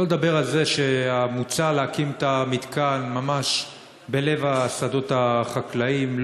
שלא לדבר על זה שמוצע להקים את המתקן ממש בלב השדות החקלאיים,